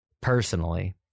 personally